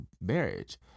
marriage